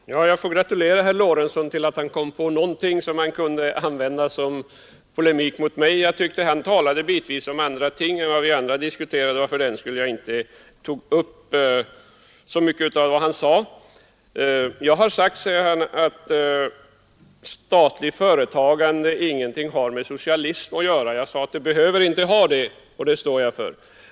Herr talman! Jag får gratulera herr Lorentzon till att han kom på någonting som han kunde använda som polemik mot mig — jag vill gärna diskutera med honom. Jag tyckte emellertid att han bitvis talade om andra ting, och det var för den skull jag inte tog upp så mycket av vad han sade. Jag har påstått, sade han, att statligt företagande ingenting har med socialism att göra. Vad jag sade var att det inte behöver ha det, och det står jag för.